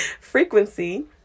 frequency